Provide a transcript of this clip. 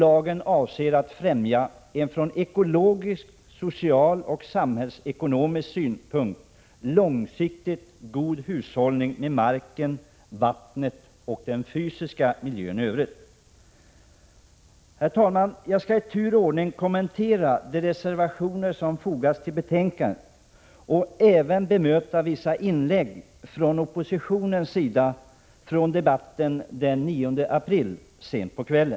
Lagen avser att främja en från ekologisk, social och samhällsekonomisk synpunkt långsiktigt god hushållning med marken, vattnet och den fysiska miljön i övrigt. Jag skall i tur och ordning kommentera de reservationer som fogats till betänkandet och även bemöta vissa inlägg från oppositionens sida i debatten sent på kvällen den 9 april.